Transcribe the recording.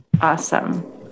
Awesome